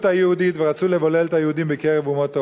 היהודית ורצו לבולל את היהודים בקרב אומות העולם.